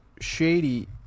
shady